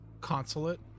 Consulate